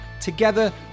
Together